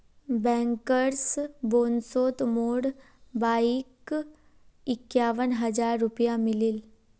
bankers बोनसोत मोर भाईक इक्यावन हज़ार रुपया मिलील